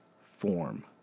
form